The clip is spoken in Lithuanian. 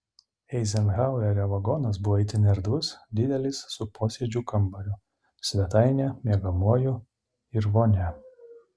eizenhauerio vagonas buvo itin erdvus didelis su posėdžių kambariu svetaine miegamuoju ir vonia